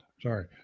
Sorry